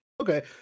Okay